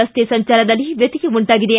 ರಸ್ತೆ ಸಂಚಾರದಲ್ಲಿ ವ್ಯತ್ಯಯ ಉಂಟಾಗಿದೆ